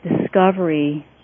discovery